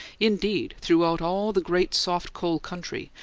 indeed, throughout all the great soft-coal country,